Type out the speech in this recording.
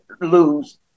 lose